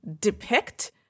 depict